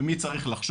ממי צריך לחשוד?